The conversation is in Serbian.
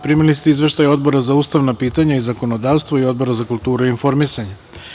Primili ste izveštaj Odbora za ustavna pitanja i zakonodavstvo i Odbora za kulturu i informisanje.